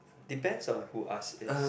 depends on who ask is